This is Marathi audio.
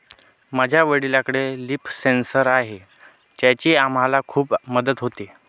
माझ्या वडिलांकडे लिफ सेन्सर आहे त्याची आम्हाला खूप मदत होते